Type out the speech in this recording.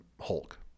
Hulk